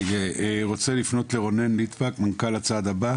אני רוצה לפנות לרונן ליטבק, מנכ"ל הצעד הבא,